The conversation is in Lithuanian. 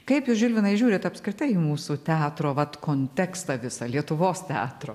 kaip jūs žilvinai žiūrit į apskritai mūsų teatro vat kontekstą visą lietuvos teatro